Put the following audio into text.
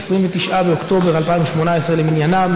29 באוקטובר 2018 למניינם,